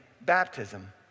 baptism